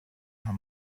her